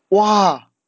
!wah!